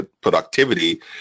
productivity